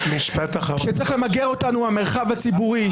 שצריך למגר אותנו מהמרחב הציבורי.